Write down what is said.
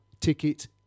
ticket